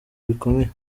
bikomeye